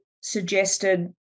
suggested